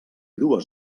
dues